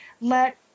let